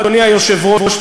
אדוני היושב-ראש,